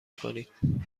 کنید